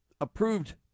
approved